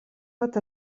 bat